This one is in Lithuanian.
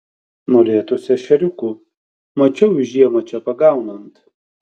norėtųsi ešeriukų mačiau jų žiemą čia pagaunant